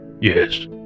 Yes